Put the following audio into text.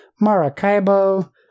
Maracaibo